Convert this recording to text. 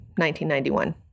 1991